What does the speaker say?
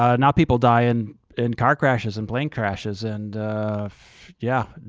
ah now people die in in car crashes and plane crashes and yeah,